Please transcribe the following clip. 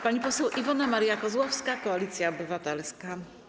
Pani poseł Iwona Maria Kozłowska, Koalicja Obywatelska.